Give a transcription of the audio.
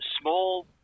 small